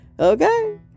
okay